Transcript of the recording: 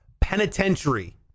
penitentiary